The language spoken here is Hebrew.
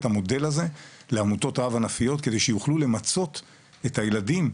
המודל הזה לעמותות רב ענפיות כדי שיוכלו למצות את הילדים,